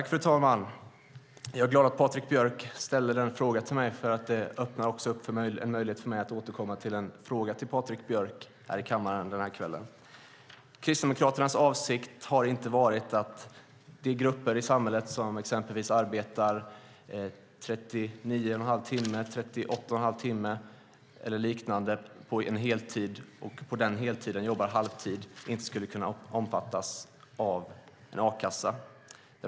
Fru talman! Jag är glad att Patrik Björck ställde den frågan till mig, för det öppnar också en möjlighet för mig att återkomma med en fråga till Patrik Björck här i kammaren i kväll. Kristdemokraternas avsikt har inte varit att de grupper i samhället som exempelvis arbetar halvtid, där det är 39 1⁄2 timme eller 38 1⁄2 timme eller liknande på en heltid, inte skulle kunna omfattas av a-kassa.